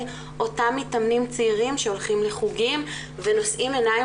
אותם מתאמנים צעירים שהולכים לחוגים ונושאים עיניים